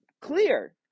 clear